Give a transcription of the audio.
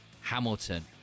Hamilton